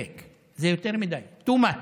(אומר בערבית ומתרגם:) זה יותר מדי, too much.